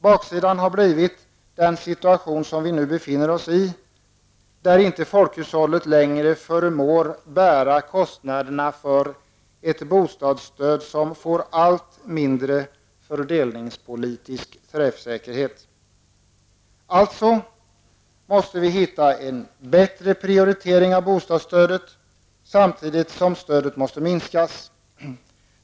Baksidan har blivit den situation som vi nu befinner oss i, där inte folkhushållet längre förmår bära kostnaderna för ett bostadsstöd som får allt mindre fördelningspolitisk träffsäkerhet. Alltså måste vi hitta en bättre prioritering av bostadsstödet, samtidigt som stödet måste minskas.